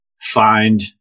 find